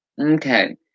Okay